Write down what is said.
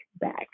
back